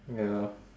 ya